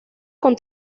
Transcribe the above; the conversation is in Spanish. con